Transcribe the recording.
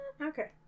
Okay